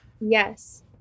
Yes